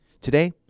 Today